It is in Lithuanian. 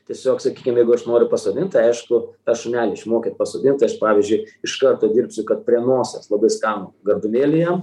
tiesiog sakykim jeigu aš noriu pasodint tai aišku tą šunelį išmokyt pasodint tai aš pavyzdžiui iš karto dirbsiu kad prie nosies labai skanų gabalėlį jam